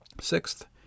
Sixth